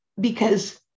Because-